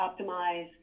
optimize